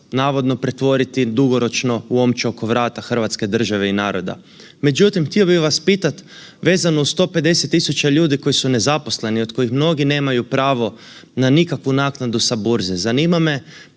navodno pretvoriti dugoročno u omču oko vrata hrvatske države i naroda. Međutim, htio bih vas pitati, vezano uz 150 tisuća ljudi koji su nezaposleni, od kojih mnogi nemaju pravo na nikakvu naknadu sa Burze. Zanima me